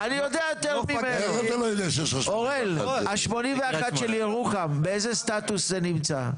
ה-81 של ירוחם באיזה סטטוס זה נמצא?